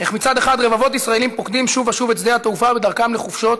איך רבבות ישראלים פוקדים שוב ושוב את שדה-התעופה בדרכם לחופשות,